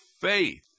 faith